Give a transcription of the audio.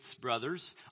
brothers